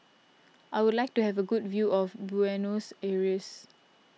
I would like to have a good view of Buenos Aires